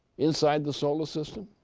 inside the solar system?